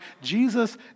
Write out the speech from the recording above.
Jesus